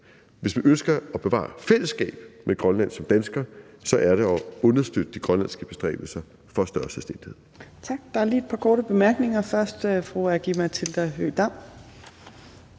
Hvis man ønsker at bevare fællesskab med Grønland som dansker, så er det at understøtte de grønlandske bestræbelser for større selvstændighed.